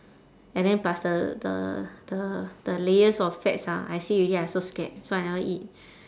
and then plus the the the the layers of fats ah I see already I also scared so I never eat